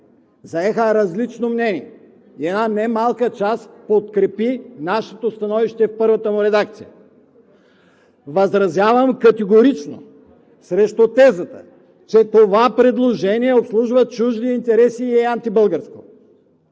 заеха различно мнение. Една немалка част подкрепи нашето становище в първата му редакция. Възразявам категорично срещу тезата, че това предложение обслужва чужди интереси и е антибългарско.